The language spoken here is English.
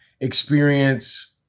experience